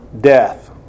death